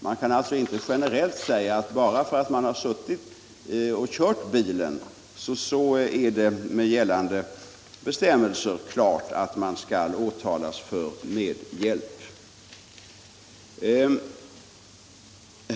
Det går alltså inte att generellt säga att bara därför att man har kört bilen är det med gällande bestämmelser klart att man skall åtalas för medhjälp.